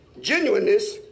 genuineness